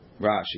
Rashi